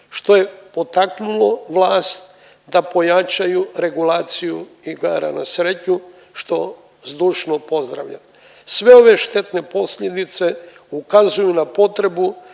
što je potaknulo vlast da pojačaju regulaciju igara na sreću što zdušno pozdravljam. Sve ove štetne posljedice ukazuju na potrebu